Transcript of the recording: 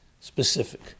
specific